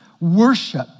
Worship